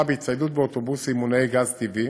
בהצטיידות באוטובוסים מונעי גז טבעי,